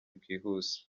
bwihuse